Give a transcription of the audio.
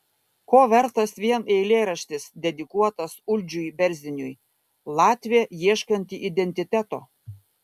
ko vertas vien eilėraštis dedikuotas uldžiui berziniui latvė ieškanti identiteto